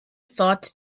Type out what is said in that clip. thought